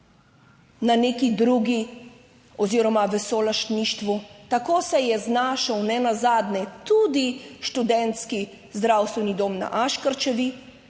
Na neki drugi oziroma v solastništvu, tako se je znašel nenazadnje tudi študentski zdravstveni dom na Aškerčevi,